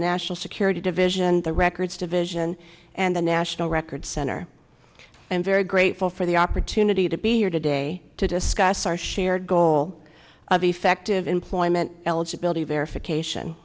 national security division the records division and the national record center and very grateful for the opportunity to be here today to discuss our shared goal of effective employment eligibility verification